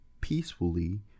peacefully